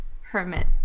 hermit